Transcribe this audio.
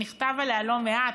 נכתב עליה לא מעט,